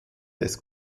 des